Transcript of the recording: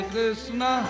Krishna